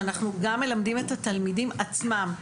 שאנחנו גם מלמדים את התלמידים עצמם.